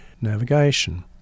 navigation